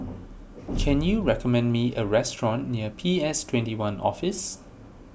can you recommend me a restaurant near P S twenty one Office